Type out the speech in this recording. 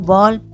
Ball